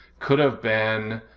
could have been